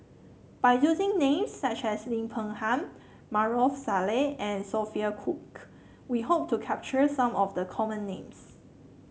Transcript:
by using names such as Lim Peng Han Maarof Salleh and Sophia Cooke we hope to capture some of the common names